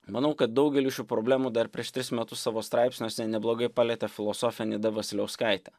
manau kad daugelį šių problemų dar prieš tris metus savo straipsniuose neblogai palietė filosofė nida vasiliauskaitė